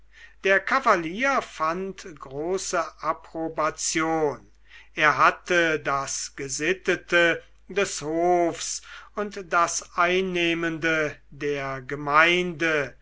der kavalier fand große approbation er hatte das gesittete des hofs und das einnehmende der gemeinde